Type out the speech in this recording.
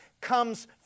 comes